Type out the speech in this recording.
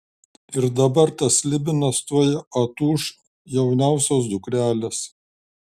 ir dabar tas slibinas tuoj atūš jauniausios dukrelės